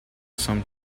some